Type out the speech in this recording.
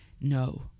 no